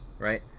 right